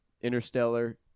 Interstellar